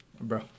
Bro